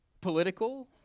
political